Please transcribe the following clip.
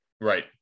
Right